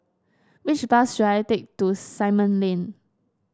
which bus should I take to Simon Lane